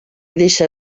deixa